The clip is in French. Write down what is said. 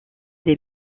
des